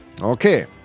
Okay